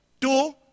Two